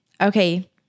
Okay